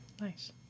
Nice